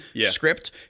script